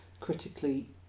critically